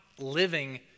living